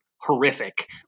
horrific